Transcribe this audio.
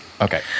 Okay